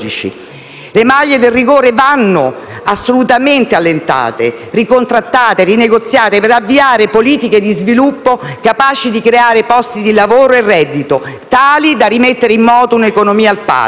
Le maglie del rigore vanno assolutamente allentate, ricontrattate e rinegoziate per avviare politiche di sviluppo capaci di creare posti di lavoro e reddito tali da rimettere in moto un'economia al palo.